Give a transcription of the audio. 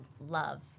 love